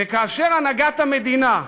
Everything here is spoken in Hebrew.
וכאשר הנהגת המדינה,